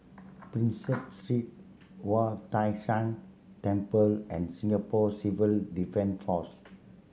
Prinsep Street Wu Tai Shan Temple and Singapore Civil Defence Force